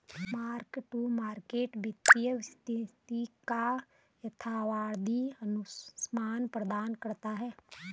mark to market वित्तीय स्थिति का यथार्थवादी अनुमान प्रदान करता है